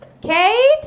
Kate